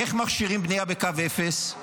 איך מכשירים בנייה בקו אפס?